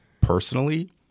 Personally